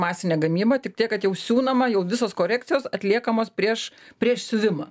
masinė gamyba tik tiek kad jau siūnama jau visos korekcijos atliekamos prieš prieš siuvimą